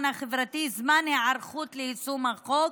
החברתי זמן היערכות ליישום החוק.